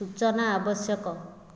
ସୂଚନା ଆବଶ୍ୟକ